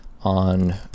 on